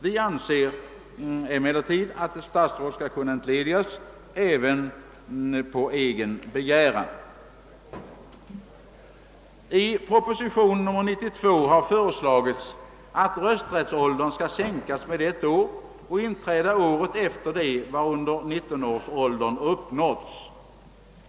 Vi anser emellertid att ett statsråd skall kunna entledigas även på egen begäran. I proposition nr 92 har föreslagits att rösträttsåldern skall sänkas med ett år och inträda året efter det varunder 19 års ålder uppnåtts.